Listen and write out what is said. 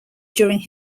during